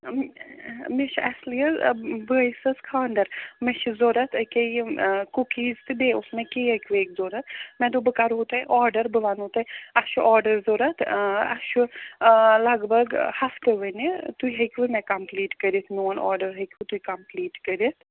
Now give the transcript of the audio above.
مےٚ چھُ اصلی حظ بٲیِس حظ خانٛدر مےٚ چھِ ضوٚرَتھ اکے یِم کُکیٖز تہٕ بیٚیہِ اوس مےٚ کیک ویک ضوٚرَتھ مےٚ دوٚپ بہٕ کرہو تُہۍ آرڈر بہٕ ونو تُہۍ اَسہِ چھُ آرڈر ضوٚرَتھ اَسہِ چھُ لگ بگ ہفتہٕ وٕنہِ تُہۍ ہیٚکوٕ مےٚ کمپٕلیٖٹ کٔرِتھ میون آرڈر ہیٚکوٕ تُہۍ کمپٕلیٖٹ کٔرِتھ